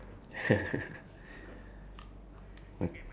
then you go anywhere and not worry about anything also